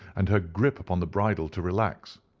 and her grip upon the bridle to relax.